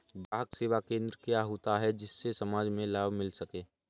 ग्राहक सेवा केंद्र क्या होता है जिससे समाज में लाभ मिल सके?